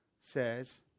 says